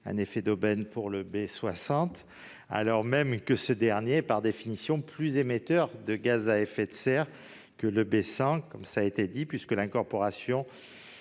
un effet d'aubaine pour le B60 alors que ce dernier est par définition plus émetteur de gaz à effet de serre que le B100- cela a été souligné -, puisque l'incorporation